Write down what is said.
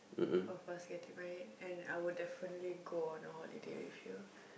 of us getting married and I will definitely go on a holiday with you